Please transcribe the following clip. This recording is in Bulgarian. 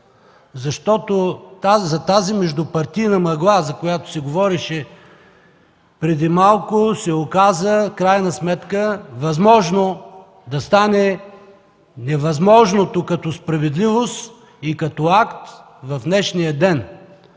в тази междупартийна мъгла, за която се говореше преди малко, се оказа в крайна сметка възможно да стане невъзможното – като справедливост и като акт в днешния ден.